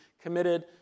committed